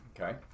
Okay